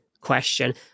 Question